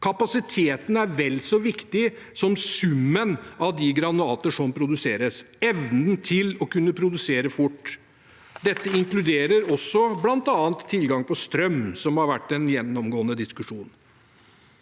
Kapasiteten er vel så viktig som summen av de granater som produseres – evnen til å kunne produsere fort. Dette inkluderer også bl.a. tilgang på strøm, som har vært en gjennomgående diskusjon.